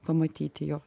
pamatyti jo